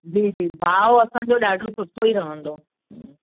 जी जी भाव असांजो ॾाढो सुठो ई रहंदो